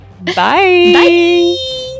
bye